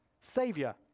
saviour